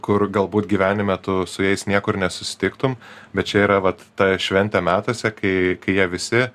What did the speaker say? kur galbūt gyvenime tu su jais niekur nesusitiktum bet čia yra vat ta šventė metuose kai kai jie visi